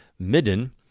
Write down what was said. Midden